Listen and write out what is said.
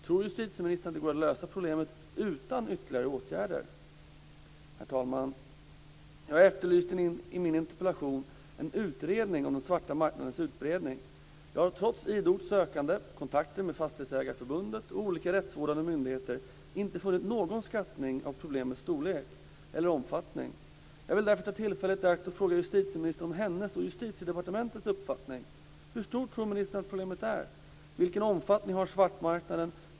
Tror justitieministern att det går att lösa problemet utan ytterligare åtgärder? Herr talman! Jag efterlyser i min interpellation en utredning om den svarta marknadens utbredning. Trots idogt sökande och kontakter med Fastighetsägareförbundet och olika rättsvårdande myndigheter har jag inte funnit någon skattning av problemets storlek eller omfattning. Jag vill därför ta tillfället i akt och fråga justitieministern om hennes och Justitiedepartementets uppfattning. Hur stort tror ministern att problemet är? Vilken omfattning har svartmarknaden?